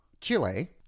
Chile